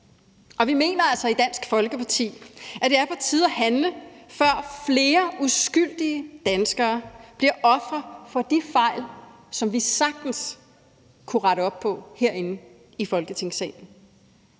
Og vi mener altså i Dansk Folkeparti, at det er på tide at handle, før flere uskyldige danskere bliver ofre for de fejl, som vi sagtens kunne rette op på herinde i Folketingssalen.